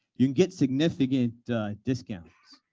you can get significant discounts,